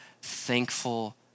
thankful